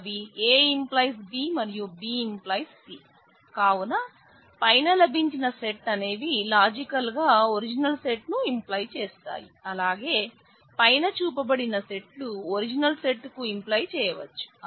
అవి A→ B మరియు B→ C కావున పైన లభించిన సెట్ అనేవి లాజికల్ గా ఒరిజినల్ సెట్ ను ఇంప్లై చేస్తాయి అలాగే పైన చూపబడిన సెట్లు ఒరిజినల్ సెట్ కు ఇంప్లై చేయవచ్చు